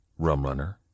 Rumrunner